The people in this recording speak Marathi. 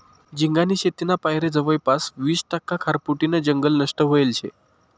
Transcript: झिंगानी शेतीना पायरे जवयपास वीस टक्का खारफुटीनं जंगल नष्ट व्हयेल शे